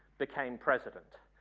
became president.